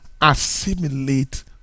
assimilate